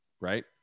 Right